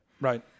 Right